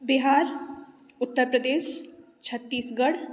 Bihar Uttar Pradesh Chhattisgarh